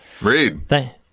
read